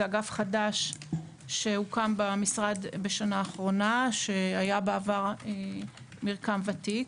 זה אגף חדש שהוקם במשרד בשנה האחרונה שהיה בעבר מרקם ותיק.